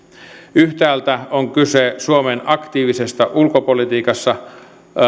yhtäältä on kyse suomen aktiivisesta ulkopolitiikasta